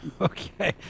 Okay